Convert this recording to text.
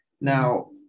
now